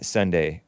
Sunday